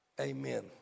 amen